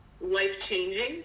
Life-changing